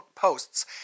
posts